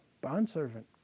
bondservant